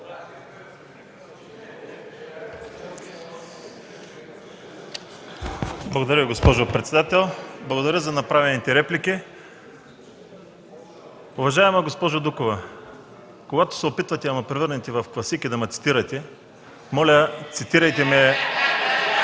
Благодаря, госпожо председател. Благодаря за направените реплики. Уважаема госпожо Дукова, когато се опитвате да ме превърнете в класик и да ме цитирате, моля цитирайте ме